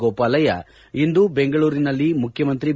ಗೋಪಾಲಯ್ಯ ಇಂದು ಬೆಂಗಳೂರಿನಲ್ಲಿ ಮುಖ್ಯಮಂತ್ರಿ ಬಿ